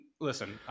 listen